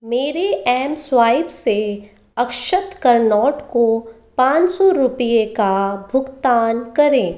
मेरे M swipe से अक्षत करनोट को पाँच सौ रुपये का भुगतान करें